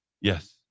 Yes